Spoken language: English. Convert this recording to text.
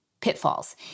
pitfalls